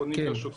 ברשותך,